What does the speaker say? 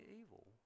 evil